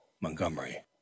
Montgomery